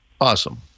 Awesome